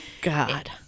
God